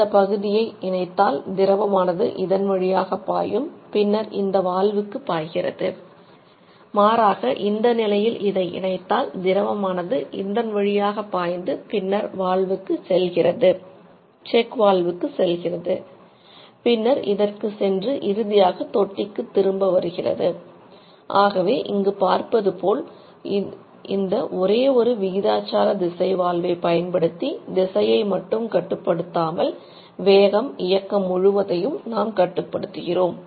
இந்த பகுதியை இணைத்தால் திரவமானது இயக்கம் முழுவதையும் கட்டுப்படுத்துகிறோம்